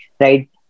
right